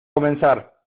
comenzar